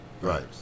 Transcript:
Right